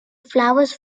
flowers